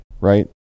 right